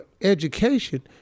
education